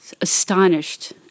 astonished